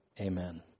amen